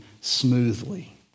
smoothly